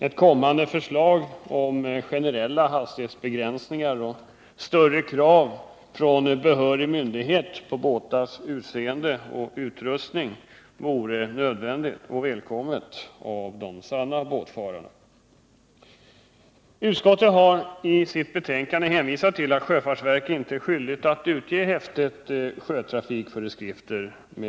Ett förslag om generella hastighetsbegränsningar och större krav från behörig myndighet på båtars utseende och utrustning vore nödvändigt och skulle hälsas välkommet av de sanna båtfararna. Utskottet har i sitt betänkande hänvisat till att sjöfartsverket inte är skyldigt att utge häftet Sjötrafikföreskrifter.